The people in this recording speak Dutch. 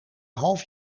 half